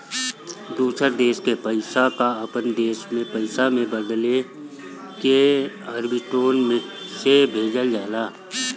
दूसर देस के पईसा कअ अपनी देस के पईसा में बदलके आर्बिट्रेज से भेजल जाला